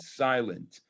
silent